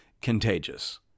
contagious